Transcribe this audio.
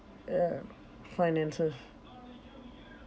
ya finances